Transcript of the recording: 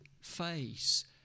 face